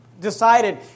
decided